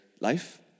life